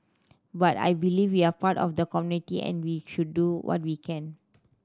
but I believe we are part of the community and we should do what we can